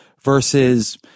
versus –